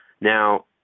Now